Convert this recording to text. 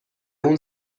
اون